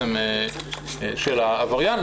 של העבריין,